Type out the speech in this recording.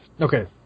Okay